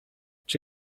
czy